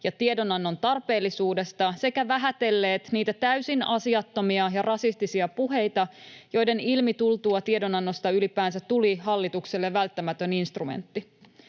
ja tiedonannon tarpeellisuudesta sekä vähätelleet niitä täysin asiattomia ja rasistisia puheita, joiden ilmi tultua tiedonannosta ylipäänsä tuli hallitukselle välttämätön instrumentti.